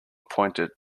pointed